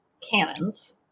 cannons